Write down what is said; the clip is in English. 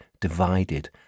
divided